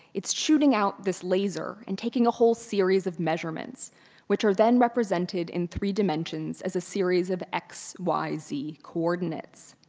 it's shooting out this laser and taking a whole series of measurements which are then represented in three dimensions as a series of x, y, z coordinates.